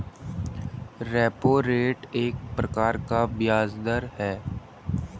repo rate एक प्रकार का ब्याज़ दर है